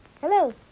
Hello